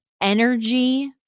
energy